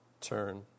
turn